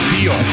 Deal